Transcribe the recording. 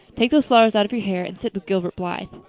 take those flowers out of your hair and sit with gilbert blythe.